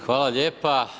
Hvala lijepa.